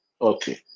Okay